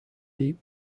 deep